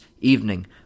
evening